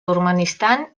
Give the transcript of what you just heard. turkmenistan